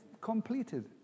completed